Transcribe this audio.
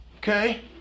Okay